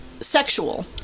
sexual